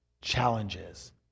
challenges